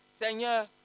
Seigneur